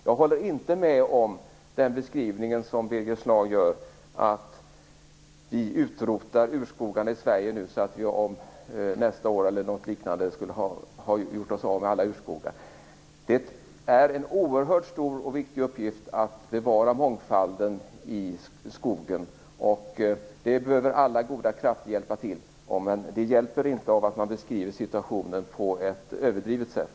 Jag håller inte med om den beskrivning som Birger Schlaug gör, dvs. att vi utrotar urskogarna i Sverige nu så att vi nästa år eller så skulle ha gjort oss av med alla urskogar. Det är en oerhört stor och viktig uppgift att bevara mångfalden i skogen, och alla goda krafter behöver hjälpa till, men det hjälper inte att man beskriver situationen på ett överdrivet sätt.